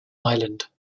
island